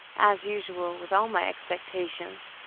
as usual with all my expectations,